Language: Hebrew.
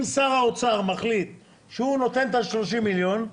אם שר האוצר מחליט שהוא נותן את ה-30 מיליון,